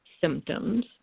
symptoms